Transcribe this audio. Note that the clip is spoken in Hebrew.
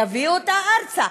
יביא אותה ארצה,